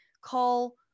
call